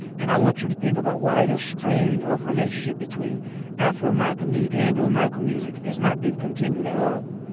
and i want you to think about why is strain of relationship between afro-american music and anglo american music is not being continued at all.